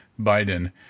Biden